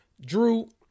Drew